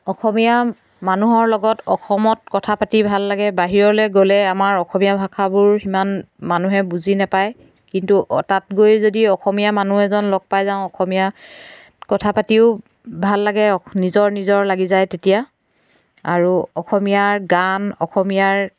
অসমীয়া মানুহৰ লগত অসমত কথা পাতি ভাল লাগে বাহিৰলৈ গ'লে আমাৰ অসমীয়া ভাষাবোৰ সিমান মানুহে বুজি নাপায় কিন্তু তাত গৈ যদি অসমীয়া মানুহ এজন লগ পাই যাওঁ অসমীয়া কথা পাতিও ভাল লাগে নিজৰ নিজৰ লাগি যায় তেতিয়া আৰু অসমীয়াৰ গান অসমীয়াৰ